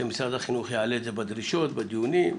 שמשרד החינוך יעלה את זה בדרישות ובדיונים,